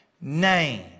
name